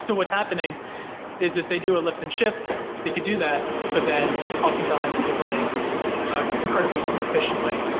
so what's happening is if they do a lift and shift, they could do that, but then oftentimes, they're running ah incredibly inefficiently.